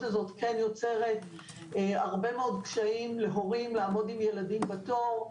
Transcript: הזאת כן יוצרת הרבה מאוד קשיים להורים לעמוד עם ילדים בתור.